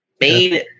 Main